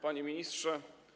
Panie Ministrze!